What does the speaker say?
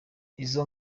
izo